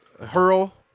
hurl